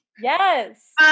Yes